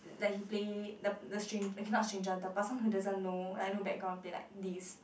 like he play the the stran~ okay not stranger the person who doesn't know like no background play like this